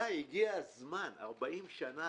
די, הגיע הזמן אחרי 40 שנה.